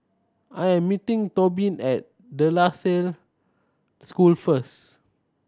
I am meeting Tobin at De La Salle School first